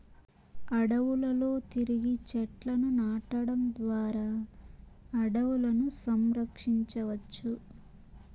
అడవులలో తిరిగి చెట్లను నాటడం ద్వారా అడవులను సంరక్షించవచ్చు